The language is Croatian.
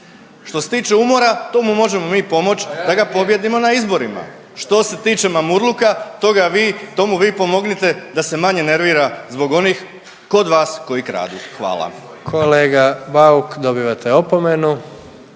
Što se tiče umora tu mu možemo mi pomoć da ga pobijedimo na izborima, što se tiče mamurluka to ga vi, to mu vi pomognite da se manje nervira zbog onih kod vas koji kradu. Hvala. **Jandroković, Gordan